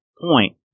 point